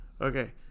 Okay